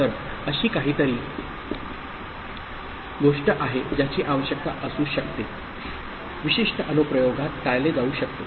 तर अशी काहीतरी गोष्ट आहे ज्याची आवश्यकता असू शकते विशिष्ट अनुप्रयोगात टाळले जाऊ शकते